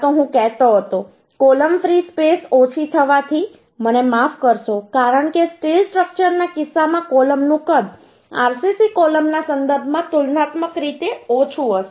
આ તો હું કહેતો હતો કોલમ ફ્રી સ્પેસ ઓછી થવાથી મને માફ કરશો કારણ કે સ્ટીલ સ્ટ્રક્ચરના કિસ્સામાં કૉલમનું કદ RCC કૉલમના સંદર્ભમાં તુલનાત્મક રીતે ઓછું હશે